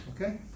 Okay